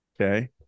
Okay